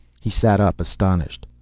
he sat up, astonished.